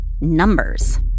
Numbers